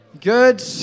Good